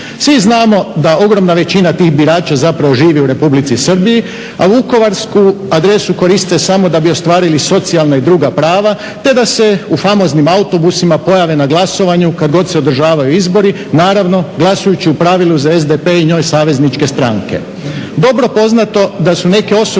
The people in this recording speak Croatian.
Svi znamo da ogromna većina tih birača zapravo živi u Republici Srbiji a vukovarsku adresu koriste samo da bi ostvarili socijalna i druga prava, te da se u famoznim autobusima pojave na glasovanju kad god se održavaju izbori, naravno glasujući u pravilu za SDP i njoj savezničke stranke. Dobro poznato da su neke osobe